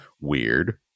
weird